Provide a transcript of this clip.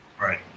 Right